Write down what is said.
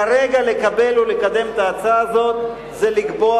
כרגע לקבל או לקדם את ההצעה הזאת זה לקבור